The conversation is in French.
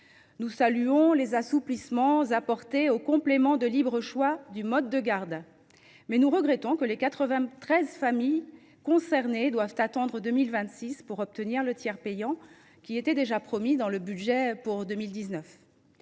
Nous saluons les assouplissements apportés au complément de libre choix du mode de garde, mais nous regrettons que les 93 000 familles concernées doivent attendre 2026 pour obtenir le tiers payant, qui était déjà promis dans le budget pour 2019.